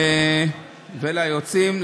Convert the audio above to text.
וליועצים,